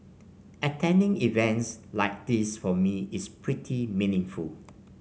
attending events like this for me is pretty meaningful